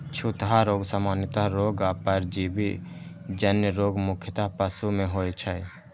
छूतहा रोग, सामान्य रोग आ परजीवी जन्य रोग मुख्यतः पशु मे होइ छै